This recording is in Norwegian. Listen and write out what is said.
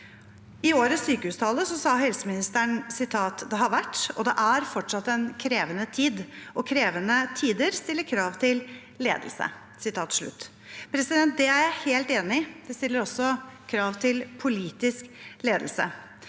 I årets sykehustale sa helseministeren: «Det har vært – og det er fortsatt – en krevende tid. Og krevende tider stiller krav til ledelse.» Det er jeg helt enig i. Det stiller også krav til politisk ledelse.